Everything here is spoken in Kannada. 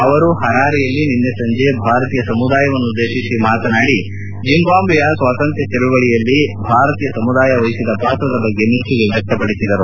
ಅವರು ಪರಾರೆಯಲ್ಲಿ ನಿನ್ನೆ ಸಂಜೆ ಭಾರತೀಯ ಸಮುದಾಯವನ್ನುದ್ದೇಶಿಸಿ ಮಾತನಾಡಿ ಜಿಂಬಾಬ್ವೆಯ ಸ್ವಾತಂತ್ರ್ಯ ಚಳವಳಿಯಲ್ಲಿ ಭಾರತೀಯ ಸಮುದಾಯ ವಹಿಸಿದ ಪಾತ್ರದ ಬಗ್ಗೆ ಮೆಚ್ಚುಗೆ ವ್ಯಕ್ತಪಡಿಸಿದರು